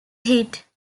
hit